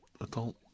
adult